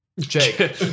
Jake